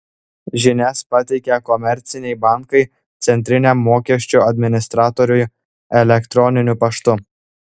žinias pateikia komerciniai bankai centriniam mokesčių administratoriui elektroniniu paštu